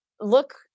look